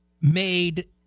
made